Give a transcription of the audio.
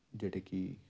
ਜਿਹੜੇ ਕਿ